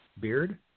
Beard